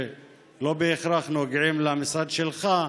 שלא בהכרח נוגעים למשרד שלך,